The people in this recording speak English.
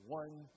one